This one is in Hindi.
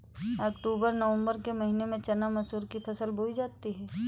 अक्टूबर नवम्बर के महीना में चना मसूर की फसल बोई जाती है?